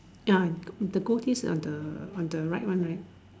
ya the the goatees on the on the right one right